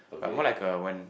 but more like a when